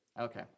Okay